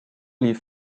lief